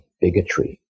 bigotry